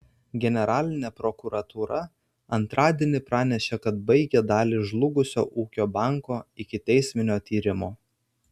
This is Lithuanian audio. generalinė prokuratūra antradienį pranešė kad baigė dalį žlugusio ūkio banko ikiteisminio tyrimo